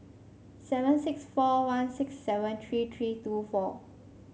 seven six four one six seven three three two four